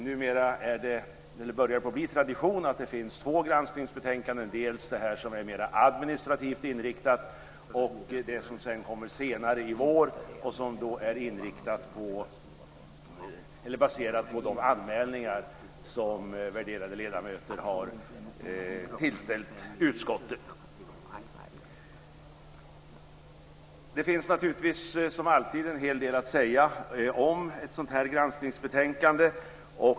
Numera börjar det bli tradition att det finns två granskningsbetänkanden, dels detta som är mer administrativt inriktat, dels det som kommer senare i vår och som då är baserat på de anmälningar som värderade ledamöter har tillställt utskottet. Det finns naturligtvis som alltid en hel del att säga om ett sådant granskningsbetänkande.